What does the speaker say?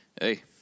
Hey